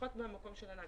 פחות מהמקום של הנהג.